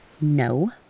No